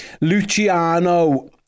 Luciano